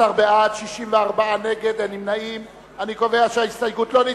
חד"ש ובל"ד לא נתקבלה.